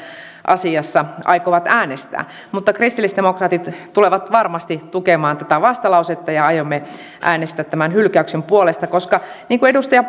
asiassa aikovat äänestää kristillisdemokraatit tulevat varmasti tukemaan tätä vastalausetta ja aiomme äänestää tämän hylkäyksen puolesta koska niin kuin edustaja